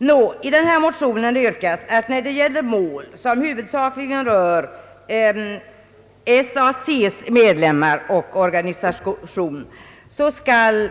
I föreliggande motion yrkas att i mål som huvudsakligen rör SAC:s medlemmar och organisation skall